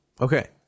okay